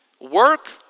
Work